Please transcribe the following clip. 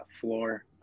Floor